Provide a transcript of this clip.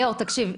ליאור, תקשיב.